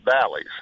valleys